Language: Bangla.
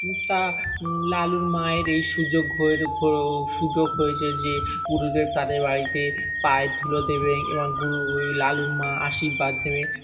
তা লালুর মায়ের এই সুযোগ সুযোগ হয়েছে যে গুরুদেব তাদের বাড়িতে পায়ের ধুলো দেবে এবং গুরু ওই লালুর মা আশীর্বাদ নেবে